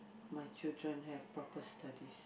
my children have proper studies